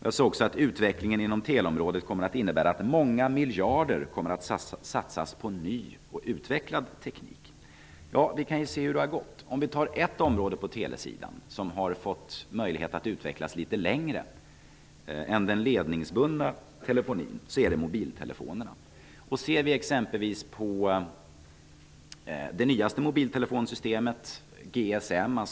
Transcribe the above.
Jag sade också att utvecklingen inom teleområdet kommer att innebära att många miljarder kommer att satsas på ny och utvecklad teknik. Vi kan se hur det har gått. Ett område på telesidan som har fått möjlighet att utvecklas litet längre än den ledningsbundna telefonin är mobiltelefonin.